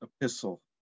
epistle